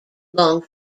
long